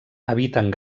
habiten